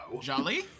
Jolly